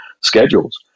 schedules